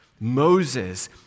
Moses